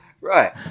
Right